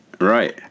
Right